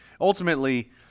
ultimately